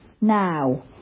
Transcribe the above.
now